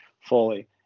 fully